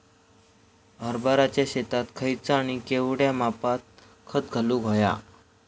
हरभराच्या शेतात खयचा आणि केवढया मापात खत घालुक व्हया?